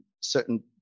certain